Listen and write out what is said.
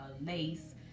lace